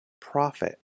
Profit